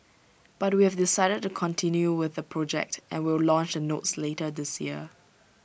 but we have decided to continue with the project and will launch the notes later this year